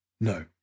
no